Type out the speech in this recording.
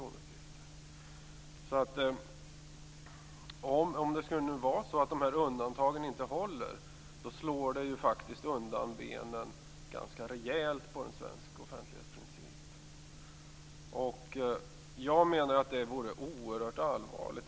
Om det nu skulle vara så att de här undantagen inte håller, slår man ganska rejält undan benen för den svenska offentlighetsprincipen. Jag menar att det vore oerhört allvarligt.